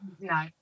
no